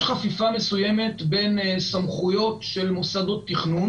השקה מסוימת בין סמכויות של מוסדות תכנון,